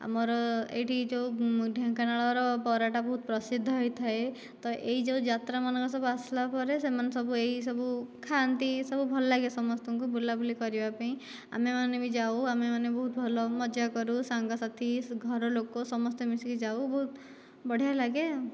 ଆମର ଏଇଠି ଯେଉଁ ଢେଙ୍କାନାଳର ବରାଟା ବହୁତ ପ୍ରସିଦ୍ଧ ହୋଇଥାଏ ତ ଏଇ ଯେଉଁ ଯାତ୍ରାମାନଙ୍କର ସବୁ ଆସିଲା ପରେ ସେମାନେ ସବୁ ଏଇ ସବୁ ଖାଆନ୍ତି ସବୁ ଭଲ ଲାଗେ ସମସ୍ତଙ୍କୁ ବୁଲା ବୁଲି କରିବା ପାଇଁ ଆମେମାନେ ବି ଯାଉ ଆମେ ମାନେ ବହୁତ ଭଲ ମଜା କରୁ ସାଙ୍ଗସାଥି ଘର ଲୋକ ସମସ୍ତେ ମିଶିକି ଯାଉ ବହୁତ ବଢ଼ିଆ ଲାଗେ ଆଉ